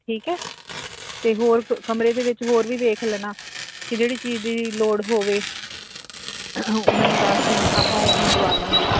ਠੀਕ ਹੈ ਅਤੇ ਹੋਰ ਫ ਕਮਰੇ ਦੇ ਵਿੱਚ ਹੋਰ ਵੀ ਵੇਖ ਲੈਣਾ ਕਿ ਜਿਹੜੀ ਚੀਜ਼ ਦੀ ਲੋੜ ਹੋਵੇ ਮੈਨੂੰ ਦੱਸ ਦੇਣਾ ਆਪਾਂ ਮੰਗਵਾ ਲਾਂਗੇ